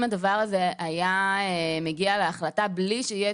אם הדבר הזה היה מגיע להחלטה בלי שיהיה